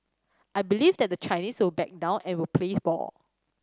I believe that the Chinese will back down and will play ball